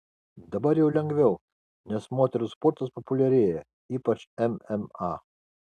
dabar jau lengviau nes moterų sportas populiarėja ypač mma